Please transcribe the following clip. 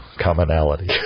commonality